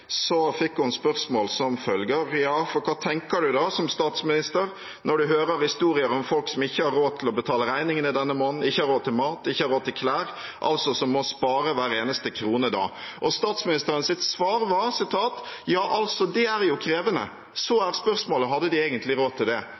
fikk hun følgende spørsmål: «Ja, for hva tenker du da som statsminister når du hører historier om folk som ikke har råd til å betale regningene denne måneden, ikke har råd til mat, ikke har råd til klær, altså som må spare hver eneste krone?» Og statsministerens svar var: «Ja, altså det er jo krevende. Så er spørsmålet: Hadde de egentlig råd til det